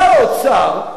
שר האוצר,